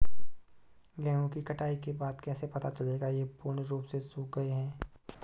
गेहूँ की कटाई के बाद कैसे पता चलेगा ये पूर्ण रूप से सूख गए हैं?